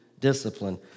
discipline